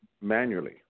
manually